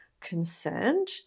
concerned